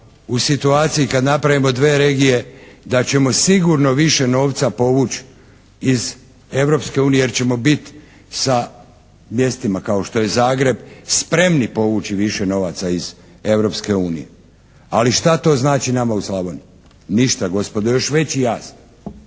u situaciji kad napravimo 2 regije da ćemo sigurno više novca povući iz Europske unije jer ćemo biti sa mjestima kao što je Zagreb spremni povući više novaca iz Europske unije. Ali šta to znači nama u Slavoniji? Ništa, gospodo, još veći jaz.